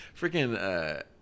freaking